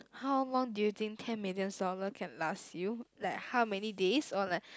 how long do you think ten million dollar can last you like how many days or like